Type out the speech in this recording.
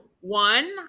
One